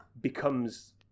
becomes